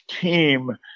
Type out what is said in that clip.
team